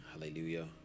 Hallelujah